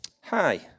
hi